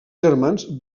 germans